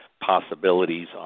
Possibilities